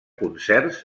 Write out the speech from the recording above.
concerts